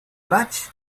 match